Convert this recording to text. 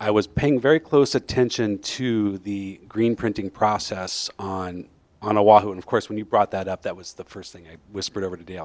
i was paying very close attention to the green printing process on on a watch and of course when you brought that up that was the first thing i whispered over to